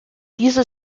diese